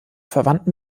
verwandten